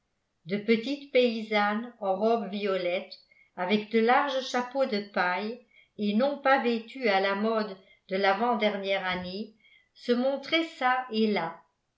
de petites paysannes en robes violettes avec de larges chapeaux de paille et non pas vêtues à la mode de l'avant-dernière année se montraient çà et là